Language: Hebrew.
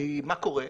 כי מה קורה?